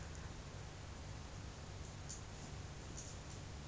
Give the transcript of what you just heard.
I'm not talking about you at this right now eh I'm saying like the others leh